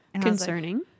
Concerning